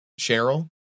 Cheryl